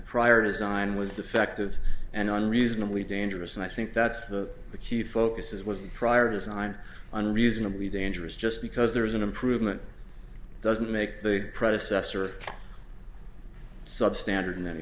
prior design was defective and unreasonably dangerous and i think that's the key focus as was the prior design unreasonably dangerous just because there is an improvement doesn't make the predecessor substandard in any